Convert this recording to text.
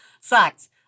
sucks